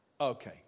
Okay